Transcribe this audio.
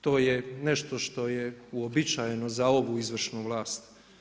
To je nešto što je uobičajeno za ovu izvršnu vlast.